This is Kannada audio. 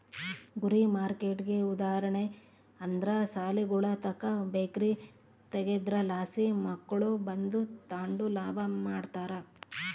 ಗುರಿ ಮಾರ್ಕೆಟ್ಗೆ ಉದಾಹರಣೆ ಅಂದ್ರ ಸಾಲಿಗುಳುತಾಕ ಬೇಕರಿ ತಗೇದ್ರಲಾಸಿ ಮಕ್ಳು ಬಂದು ತಾಂಡು ಲಾಭ ಮಾಡ್ತಾರ